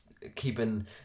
keeping